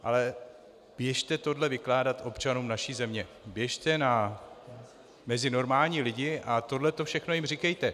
Ale běžte tohle vykládat občanům naší země, běžte mezi normální lidi a tohle všechno jim říkejte.